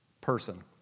person